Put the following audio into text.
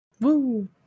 woo